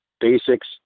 basics